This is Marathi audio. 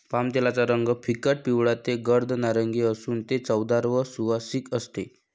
पामतेलाचा रंग फिकट पिवळा ते गर्द नारिंगी असून ते चवदार व सुवासिक असते